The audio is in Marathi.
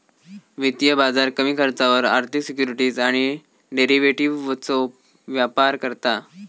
वित्तीय बाजार कमी खर्चावर आर्थिक सिक्युरिटीज आणि डेरिव्हेटिवजचो व्यापार करता